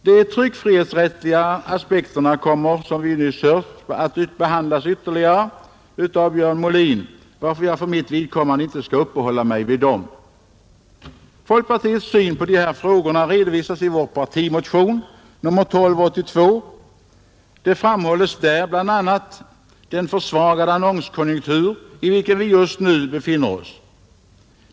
De tryckfrihetsrättsliga aspekterna kommer, som vi tidigare hört, att behandlas ytterligare av Björn Molin, varför jag för mitt vidkommande inte skall uppehålla mig vid dem. Folkpartiets syn på dessa frågor redovisas i vår partimotion nr 1282. Där pekas bl.a. på den försvagade annonskonjunktur i vilken vi just nu befinner oss.